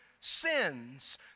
sins